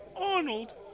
Arnold